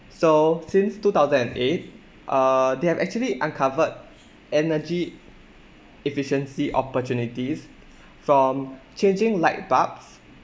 so since two thousand and eight uh they have actually uncovered energy efficiency opportunities from changing light bulbs